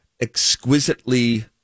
exquisitely